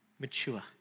mature